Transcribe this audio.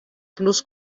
plus